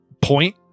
point